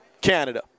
Canada